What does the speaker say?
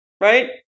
right